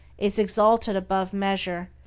is exalted above measure,